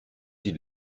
die